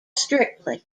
strictly